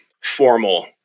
formal